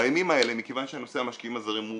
בימים האלה מכוון שנושא המשקיעים הזרים הוא